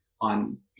on